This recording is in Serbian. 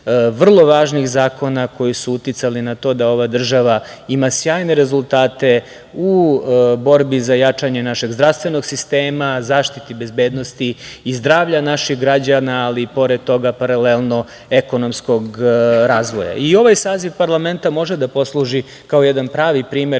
vrlo važnih zakona koji su uticali na to da država ima sjajne rezultate u borbi za jačanje našeg zdravstvenog sistema, zaštiti bezbednosti i zdravlja naših građana, ali pored toga, paralelno, ekonomskog razvoja.I ovaj saziv parlamenta može da posluži kao jedan pravi primer